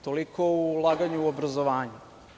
Toliko o ulaganju u obrazovanje.